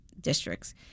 districts